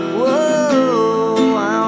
whoa